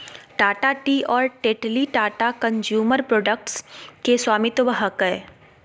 Tata tea और Tetley Tata consumer products के स्वामित्व हकय